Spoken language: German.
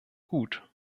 gut